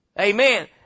Amen